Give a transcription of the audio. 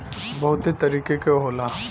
बहुते तरीके के होला